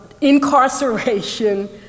incarceration